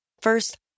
First